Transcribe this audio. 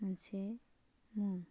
मोनसे मुं